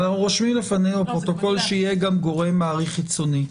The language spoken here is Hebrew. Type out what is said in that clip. אבל אנחנו רושמים לפנינו בפרוטוקול שיהיה גורם מעריך חיצוני.